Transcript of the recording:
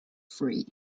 free